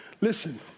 Listen